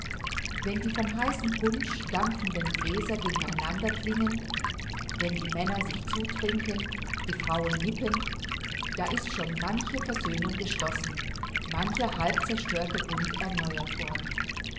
wenn die von heißem punsch dampfenden gläser gegeneinander klingen wenn die männer sich zutrinken die frauen nippen da ist schon manche versöhnung geschlossen mancher halb zerstörte bund erneuert worden